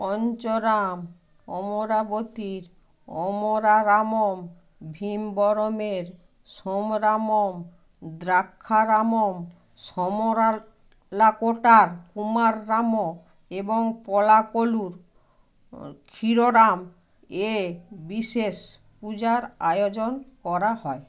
পঞ্চরাম অমরাবতীর অমরারামম ভীমবরমের সোমরামম দ্রাক্ষারামম সমরালাকোটার কুমাররাম এবং পলাকোলুর ক্ষীররাম এ বিশেষ পূজার আয়োজন করা হয়